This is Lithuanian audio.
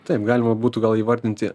taip galima būtų gal įvardinti